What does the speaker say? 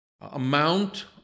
amount